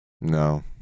No